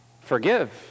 forgive